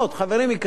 חברים יקרים,